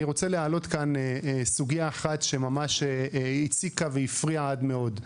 אני רוצה להעלות כאן סוגיה אחת שממש הציקה והפריעה עד מאוד.